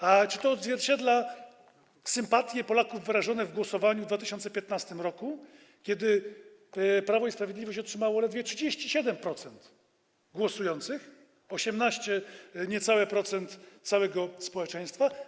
A czy to odzwierciedla sympatie Polaków wyrażone w głosowaniu w 2015 r., kiedy Prawo i Sprawiedliwość otrzymało ledwie 37% głosujących, niecałe 18% całego społeczeństwa?